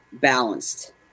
balanced